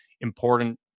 important